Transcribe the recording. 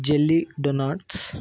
jelly doughnuts